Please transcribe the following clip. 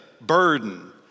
burden